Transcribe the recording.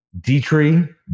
Dietrich